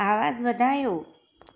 आवाज़ु वधायो